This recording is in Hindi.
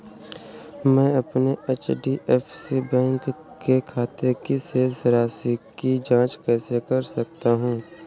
मैं अपने एच.डी.एफ.सी बैंक के खाते की शेष राशि की जाँच कैसे कर सकता हूँ?